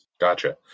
Gotcha